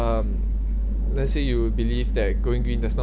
um let's say you'd believe that going green does not